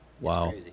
Wow